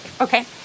okay